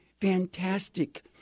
fantastic